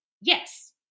yes